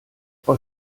frau